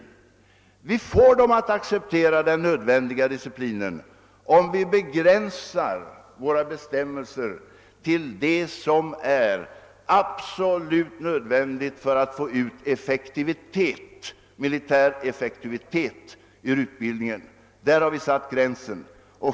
Men vi får dem att acceptera den nödvändiga disciplinen, om vi begränsar våra bestämmelser till det som är absolut nödvändigt för att få ut militär effektivitet ur utbildningen. Där har vi satt gränsen.